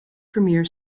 premiere